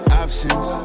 options